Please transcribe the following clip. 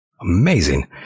Amazing